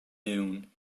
noon